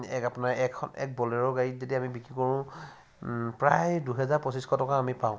আপোনাৰ এক ব'লেৰ' গাড়ীত যদি আমি বিক্ৰী কৰোঁ প্ৰায় দুহেজাৰ পঁচিছশ টকা আমি পাওঁ